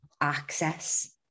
access